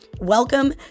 Welcome